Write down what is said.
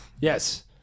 Yes